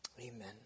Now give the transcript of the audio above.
Amen